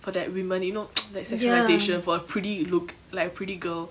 for that woman you know like sexualization for a pretty look like a pretty girl